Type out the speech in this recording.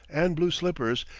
and blue slippers,